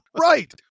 Right